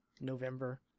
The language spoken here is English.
November